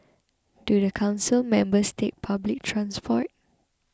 do the council members take public transport